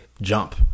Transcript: jump